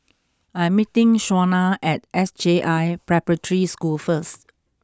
I'm meeting Shauna at S J I Preparatory School first